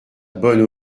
bonne